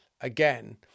again